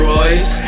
Royce